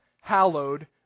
hallowed